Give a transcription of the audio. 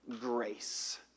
grace